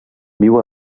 viu